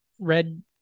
red